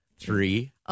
three